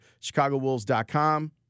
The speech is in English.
ChicagoWolves.com